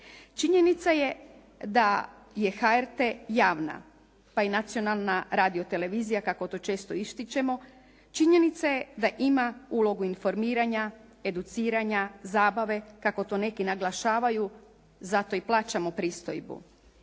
Činjenica je da je HRT javna pa i nacionalna radiotelevizija kako to često ističemo. Činjenica je da ima ulogu informiranja, educiranja, zabave kako to neki naglašavaju, zato i plaćamo pristojbu.